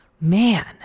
man